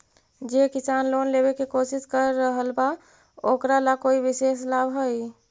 जे किसान लोन लेवे के कोशिश कर रहल बा ओकरा ला कोई विशेष लाभ हई?